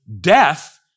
death